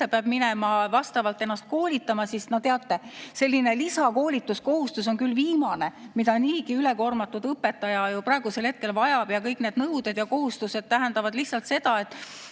peab minema ennast koolitama – no teate, selline lisakoolituskohustus on küll viimane, mida niigi ülekoormatud õpetaja praegu vajab. Kõik need nõuded ja kohustused tähendavad lihtsalt seda, et